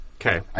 Okay